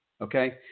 Okay